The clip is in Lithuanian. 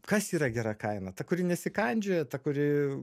kas yra gera kaina ta kuri nesikandžioja ta kuri